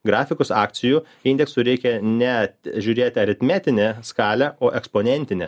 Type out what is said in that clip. grafikus akcijų indeksų reikia ne žiūrėti aritmetinę skalę o eksponentinę